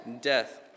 death